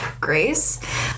Grace